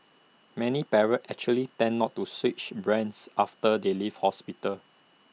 many parents actually tend not to switch brands after they leave hospital